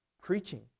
preaching